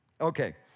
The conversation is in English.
Okay